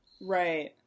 Right